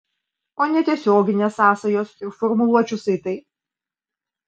o netiesioginės sąsajos ir formuluočių saitai